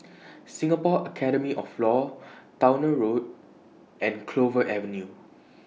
Singapore Academy of law Towner Road and Clover Avenue